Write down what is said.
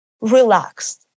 relaxed